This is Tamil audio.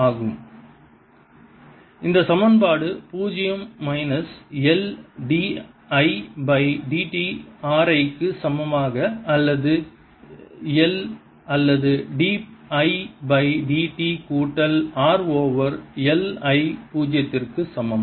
EMF dϕdt LdIdt ϕ∝I or ϕLI V LdIdtRI இந்த சமன்பாடு பூஜ்ஜியம் minus L d I by dt r I க்கு சமமாக அல்லது எல் அல்லது d I by d t கூட்டல் r ஓவர் L I பூஜ்ஜியத்திற்கு சமம்